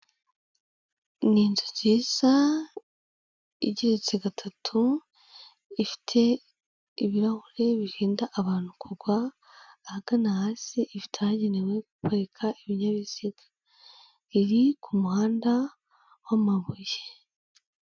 Ni inzu nziza igeretse gatatu, ifite ibirahure birinda abantu kugwa ahagana hasi ifite ahagenewe guparika ibinyabiziga. iri ku muhanda w'amabuye.